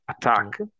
Attack